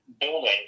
Building